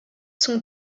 sont